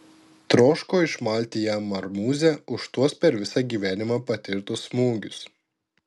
troško išmalti jam marmūzę už tuos per visą gyvenimą patirtus smūgius